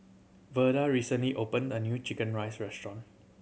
Verda recently opened a new chicken rice restaurant